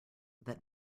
that